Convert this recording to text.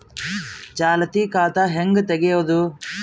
ಚಾಲತಿ ಖಾತಾ ಹೆಂಗ್ ತಗೆಯದು?